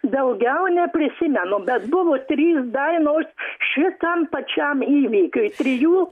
daugiau neprisimenu bet buvo trys dainos šitam pačiam įvykiui trijų